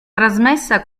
trasmessa